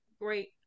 great